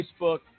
Facebook